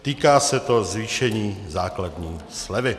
Týká se to zvýšení základní slevy.